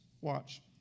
Watch